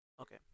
okay